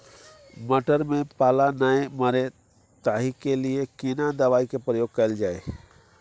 मटर में पाला नैय मरे ताहि के लिए केना दवाई के प्रयोग कैल जाए?